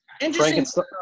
interesting